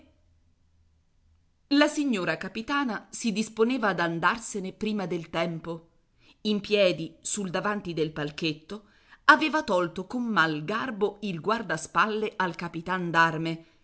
la signora capitana si disponeva ad andarsene prima del tempo in piedi sul davanti del palchetto aveva tolto con mal garbo il guardaspalle al capitan